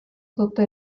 sotto